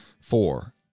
four